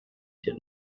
der